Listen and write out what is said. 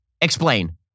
Explain